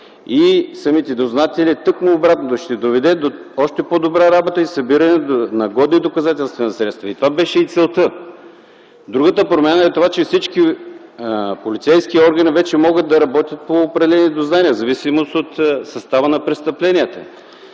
и самите дознатели ще доведе тъкмо до обратното – до още по-добра работа и събиране на годни доказателствени средства. Това беше и целта. Другата промяна е, че всички полицейски органи вече могат да работят по определени дознания в зависимост от състава на престъпленията.